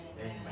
Amen